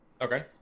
okay